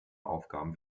aufgaben